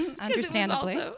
Understandably